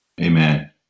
Amen